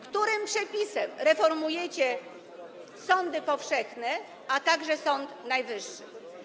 Którym przepisem reformujecie sądy powszechne, a także Sąd Najwyższy?